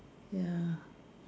ya